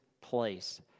place